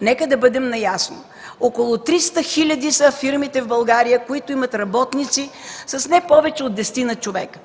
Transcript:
Нека да бъдем наясно – около 300 хиляди са фирмите в България, които имат работници с не повече от десетина човека.